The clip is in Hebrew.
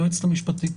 היועצת המשפטית.